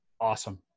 awesome